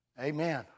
Amen